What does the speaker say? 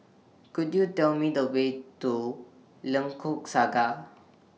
Could YOU Tell Me The Way to Lengkok Saga